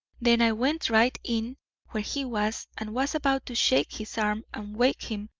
then i went right in where he was, and was about to shake his arm and wake him,